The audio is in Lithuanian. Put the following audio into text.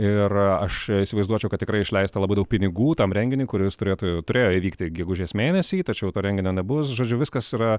ir aš įsivaizduočiau kad tikrai išleista labai daug pinigų tam renginiui kuris turėtų turėjo įvykti gegužės mėnesį tačiau to renginio nebus žodžiu viskas yra